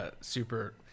super